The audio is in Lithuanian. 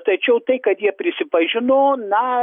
tačiau tai kad jie prisipažino na